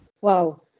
Wow